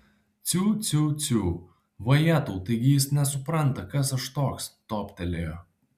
ciu ciu ciu vajetau taigi jis nesupranta kas aš toks toptelėjo